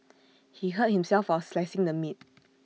he hurt himself while slicing the meat